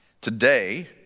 Today